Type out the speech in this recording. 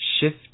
Shift